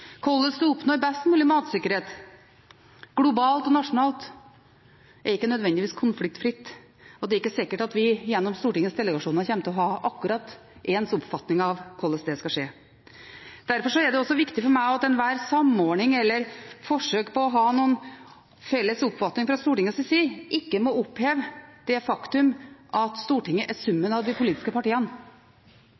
Hvordan en oppnår best mulig matsikkerhet, globalt og nasjonalt, er ikke nødvendigvis konfliktfritt, og det er ikke sikkert at vi gjennom Stortingets delegasjoner kommer til å ha akkurat ens oppfatning av hvordan det skal skje. Derfor er det også viktig for meg at enhver samordning eller ethvert forsøk på å ha noen felles oppfatning fra Stortingets side ikke må oppheve det faktum at Stortinget er summen av de politiske partiene.